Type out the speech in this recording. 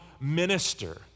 minister